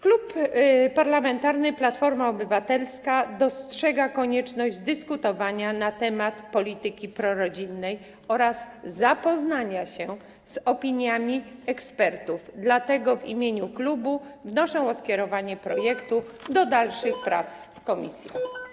Klub Parlamentarny Platforma Obywatelska dostrzega konieczność dyskutowania na temat polityki prorodzinnej oraz zapoznania się z opiniami ekspertów, dlatego w imieniu klubu wnoszę o skierowanie projektu do dalszych prac w komisjach.